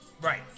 right